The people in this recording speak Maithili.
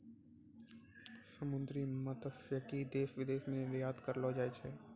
समुन्द्री मत्स्यिकी से देश विदेश मे निरयात करलो जाय छै